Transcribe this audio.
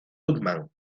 goodman